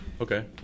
Okay